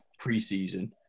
preseason